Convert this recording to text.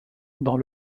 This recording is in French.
dans